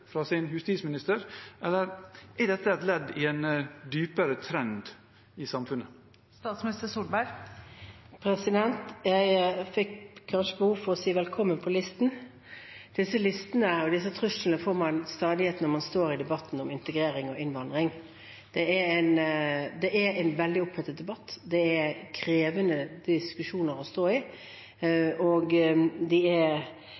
fra sin justisminister, eller er dette et ledd i en dypere trend i samfunnet? Jeg fikk nesten behov for å si velkommen på listen. Disse listene og disse truslene får man til stadighet når man står i debatten om integrering og innvandring. Det er en veldig opphetet debatt, det er krevende diskusjoner å stå i, og de er